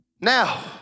now